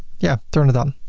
yeah, turn it on.